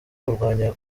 kurwanya